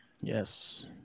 Yes